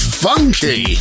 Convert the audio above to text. funky